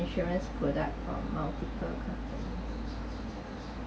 insurance product from multiple company